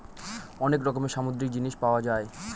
অনেক রকমের সামুদ্রিক জিনিস পাওয়া যায়